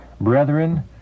Brethren